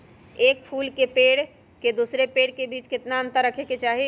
एक फुल के पेड़ के दूसरे पेड़ के बीज केतना अंतर रखके चाहि?